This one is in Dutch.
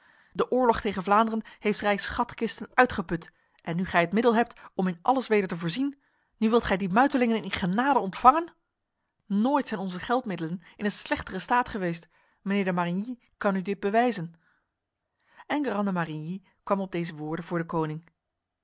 de oorlog tegen vlaanderen heeft s rijks schatkisten uitgeput en nu gij het middel hebt om in alles weder te voorzien nu wilt gij die muitelingen in genade ontvangen nooit zijn onze geldmiddelen in een slechtere staat geweest mijnheer de marigny kan u dit bewijzen enguerrand de marigny kwam op deze woorden voor de koning